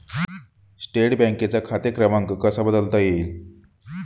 State बँकेचा खाते क्रमांक कसा बदलता येईल?